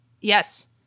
yes